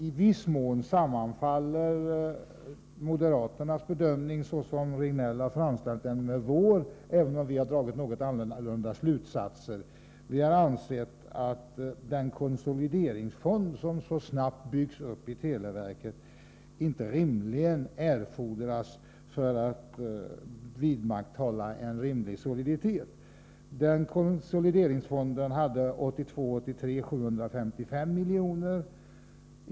I viss mån sammanfaller moderaternas bedömning, såsom Göran Riegnell här har framställt den, med vår, även om vi har dragit något annorlunda slutsatser. Vi har ansett att den konsolideringsfond som så snabbt byggs uppi televerket inte erfordras för att vidmakthålla en rimlig soliditet. Den konsolideringsfonden hade 1982/83 755 milj.kr.